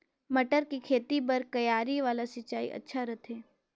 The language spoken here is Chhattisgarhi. मटर के खेती बर क्यारी वाला सिंचाई अच्छा रथे?